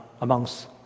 amongst